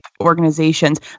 organizations